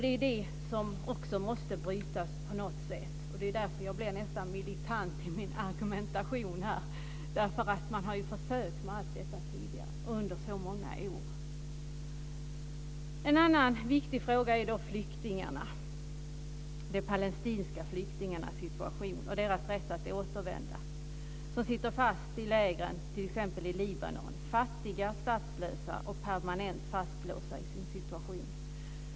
Det är det som också måste brytas på något sätt. Det är därför jag nästan blir militant i min argumentation här. Man har ju försökt med allt detta tidigare under så många år. En annan viktig fråga är flyktingarna, de palestinska flyktingarnas situation och deras rätt att återvända. Dessa flyktingar sitter fast i lägren i t.ex. Libanon. De är fattiga, statslösa och permanent fastlåsta i sin situation.